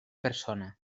persona